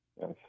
Yes